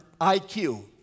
IQ